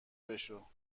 بشو